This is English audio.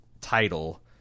title